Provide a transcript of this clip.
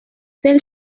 elle